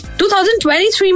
2023